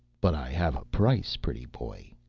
but i have a price, pretty boy,